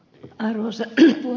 arvoisa puhemies